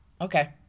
Okay